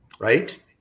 Right